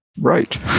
Right